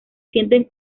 sienten